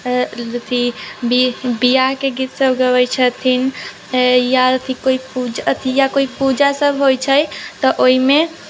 अथी बियाह के गीत सब गबै छथिन फेर या अथी कोइ पूजा या अथी कोइ पूजा सब होइ छै तऽ ओहिमे